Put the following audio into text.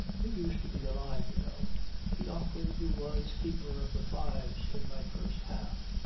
he used to be alive, you know the ockley who was keeper of the fives in my first half.